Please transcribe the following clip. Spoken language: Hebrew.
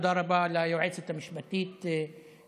תודה רבה ליועצת המשפטית שגית,